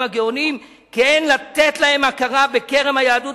הגאונים כי אין לתת להם הכרה בקרב היהודים,